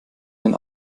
wenn